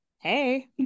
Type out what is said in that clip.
hey